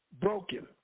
broken